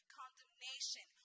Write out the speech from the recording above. condemnation